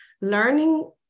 learning